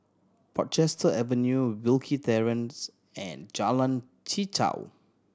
Portchester Avenue Wilkie Terrace and Jalan Chichau